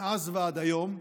מאז ועד היום,